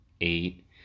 eight